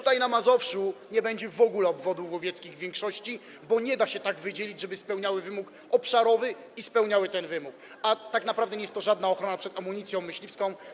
Tutaj na Mazowszu nie będzie w ogóle obwodów łowieckich w większości, bo nie da się ich tak wydzielić, żeby spełniały wymóg obszarowy, by spełniały ten wymóg, a tak naprawdę nie jest to żadna ochrona przed amunicją myśliwych.